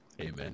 Amen